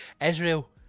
Israel